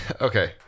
okay